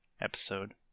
episode